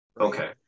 Okay